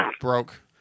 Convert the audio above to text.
broke